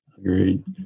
Agreed